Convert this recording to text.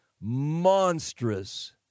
monstrous